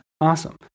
Awesome